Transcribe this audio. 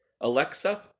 Alexa